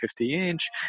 50-inch